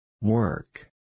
Work